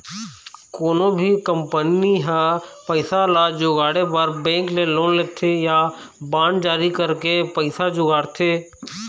कोनो भी कंपनी ह पइसा ल जुगाड़े बर बेंक ले लोन लेथे या बांड जारी करके पइसा जुगाड़थे